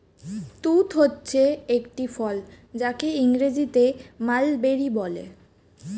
তুঁত হচ্ছে একটি ফল যাকে ইংরেজিতে মালবেরি বলে